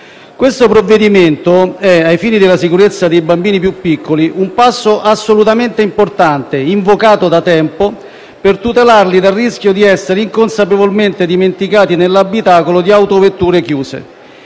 Questo provvedimento è, ai fini della sicurezza dei bambini più piccoli, un passo assolutamente importante, invocato da tempo per tutelarli dal rischio di essere inconsapevolmente dimenticati nell'abitacolo delle autovetture chiuse,